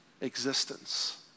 existence